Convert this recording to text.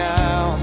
now